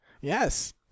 Yes